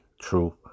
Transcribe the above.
true